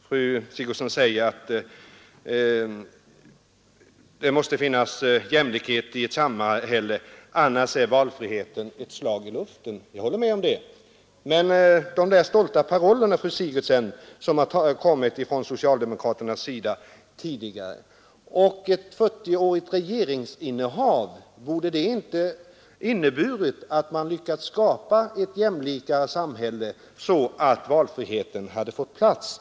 Fru Sigurdsen säger att det måste finnas jämlikhet i ett samhälle, annars är valfriheten ett slag i luften. Jag håller med om det. Men borde inte de där stolta parollerna från socialdemokraterna tidigare och ett 40-årigt regeringsinnehav ha resulterat i att man lyckats skapa ett jämlikare samhälle, så att valfriheten hade fått plats?